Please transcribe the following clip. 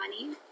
money